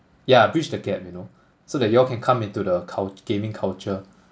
yeah bridge the gap you know so that you all can come into the cul~ gaming culture